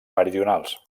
meridionals